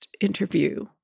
interview